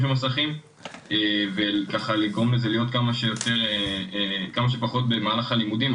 במסכים וככה לגרום לזה להיות כמה שפחות במהלך הלימודים,